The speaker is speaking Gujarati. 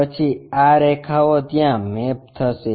પછી આ રેખાઓ ત્યાં મેપ થશે